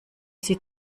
sie